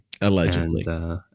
Allegedly